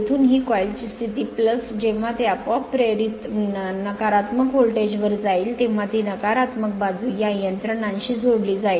येथून ही कॉइल ची स्थिती जेव्हा ते आपोआप प्रेरित नकारात्मक व्होल्टेज वर जाईल तेव्हा ती नकारात्मक बाजू या यंत्रणाशी जोडली जाईल